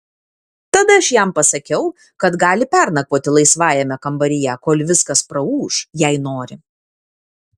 tada aš jam pasakiau kad gali pernakvoti laisvajame kambaryje kol viskas praūš jei nori